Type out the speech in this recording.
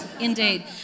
Indeed